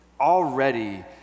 already